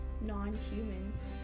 non-humans